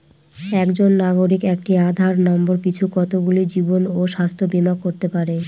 একজন নাগরিক একটি আধার নম্বর পিছু কতগুলি জীবন ও স্বাস্থ্য বীমা করতে পারে?